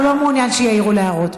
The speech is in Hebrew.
הוא לא מעוניין שיעירו לו הערות.